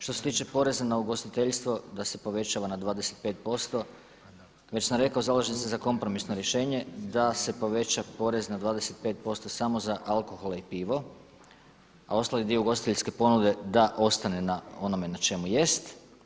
Što se tiče poreza na ugostiteljstvo, da se povećava na 25%, već sam rekao, zalažem se za kompromisno rješenje da se poveća porez na 25% samo za alkohole i pivo, a ostali dio ugostiteljske ponude da ostane na onome na čemu jest.